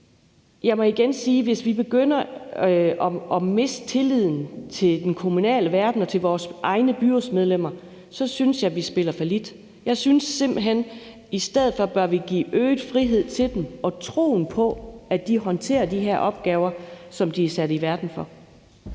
jeg må igen sige: Hvis vi begynder at miste tilliden til den kommunale verden og til vores egne byrådsmedlemmer, synes jeg vi spiller fallit. Jeg synes simpelt hen, at vi i stedet for bør give dem øget frihed og troen på, at de håndterer de her opgaver, som de er sat i verden for.